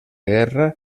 guerra